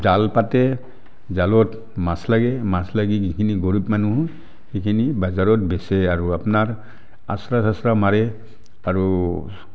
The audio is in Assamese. জাল পাতে জালত মাছ লাগে মাছ লাগি যিখিনি গৰীব মানুহ সেইখিনি বজাৰত বেচে আৰু আপোনাৰ আশ্ৰা চাশ্ৰা মাৰে আৰু